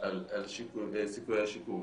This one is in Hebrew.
סיכויי השיקום.